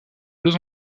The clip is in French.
deux